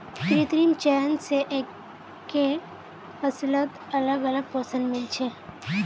कृत्रिम चयन स एकके फसलत अलग अलग पोषण मिल छे